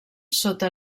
sota